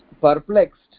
perplexed